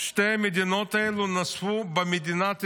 שתי המדינות האלו נזפו במדינת ישראל,